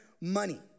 money